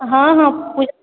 हँ हँ पू